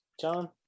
John